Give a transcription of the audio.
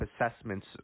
assessments